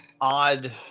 odd